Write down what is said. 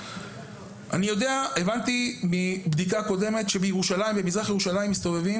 הבנתי מבדיקה קודמת שבמזרח ירושלים מסתובבים